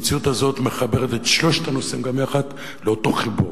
המציאות הזאת מחברת את שלושת הנושאים גם יחד לאותו חיבור.